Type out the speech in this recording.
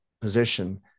position